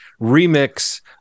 remix